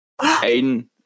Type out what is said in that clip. Aiden